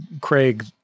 Craig